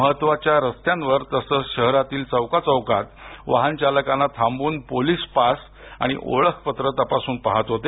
महत्त्वाच्या रस्त्यांवर तसंच शहरातील चौकाचौकात वाहनचालकांना थांबवून पोलीस पास आणि ओळखपत्र तपासून पाहत होते